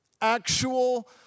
actual